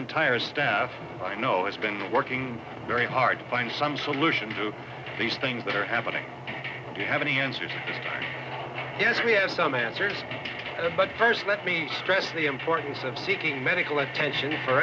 entire staff i know it's been working very hard to find some solution to these things that are happening you haven't answered yes we have some answers but first let me stress the importance of seeking medical attention